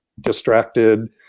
distracted